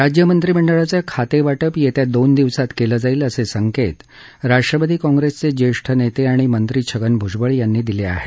राज्य मंत्रिमंडळाचं खाते वाटप येत्या दोन दिवसात केलं जाईल असे संकेत राष्ट्रवादी काँग्रेसचे ज्येष्ठ नेते आणि मंत्री छगन भूजबळ यांनी दिले आहेत